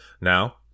Now